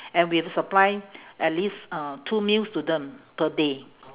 and we have to supply at least uh two meals to them per day